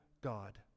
God